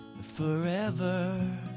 Forever